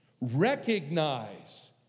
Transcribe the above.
recognize